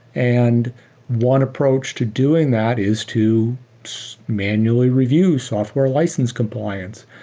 and one approach to doing that is to manually review software license compliance.